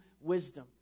wisdom